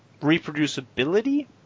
reproducibility